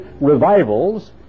revivals